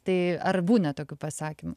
tai ar būna tokių pasakymų